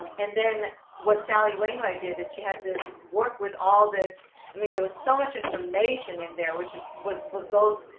and then what sally wayne who i did is she had to work with all this i mean there was so much information in there, which is was was both,